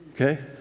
Okay